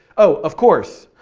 oh, of course,